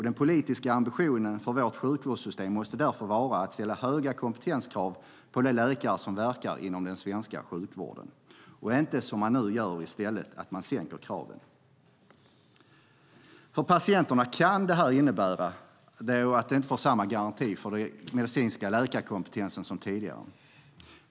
Den politiska ambitionen för vårt sjukvårdssystem måste därför vara att ställa höga kompetenskrav på de läkare som verkar inom den svenska sjukvården och inte, som man nu gör, i stället sänka kraven. För patienterna kan det här innebära att de inte får samma garanti för den medicinska läkarkompetensen som tidigare.